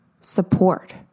support